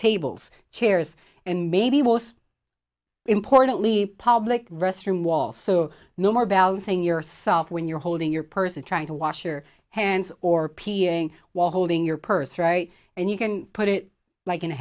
tables chairs and maybe most importantly public restroom wall so no more balancing yourself when you're holding your purse and trying to wash your hands or peeing while holding your purse right and you can put it like in a